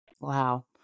Wow